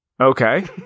Okay